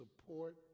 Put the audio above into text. support